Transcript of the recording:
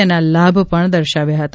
તેના લાભ પણ દર્શાવ્યા હતા